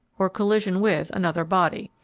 or collision with, another body.